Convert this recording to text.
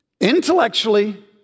Intellectually